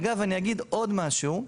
אגב אני אגיד עוד משהו,